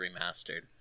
remastered